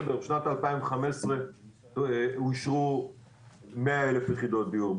בשנת 2015 אושרו 100,000 יחידות דיור.